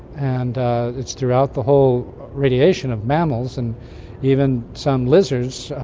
and it's throughout the whole radiation of mammals and even some lizards,